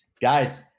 Guys